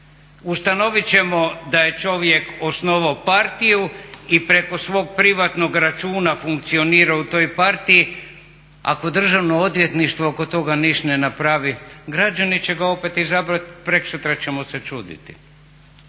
Ustanovit ćemo da je čovjek osnovao partiju i preko svog privatnog računa funkcionira u toj partiji. Ako Državno odvjetništvo oko toga niš' ne napravi građani će ga opet izabrati, preksutra ćemo se čuditi.